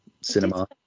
cinema